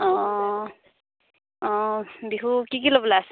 অঁ অঁ অঁ বিহু কি কি ল'বলৈ আছে